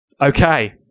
Okay